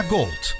Gold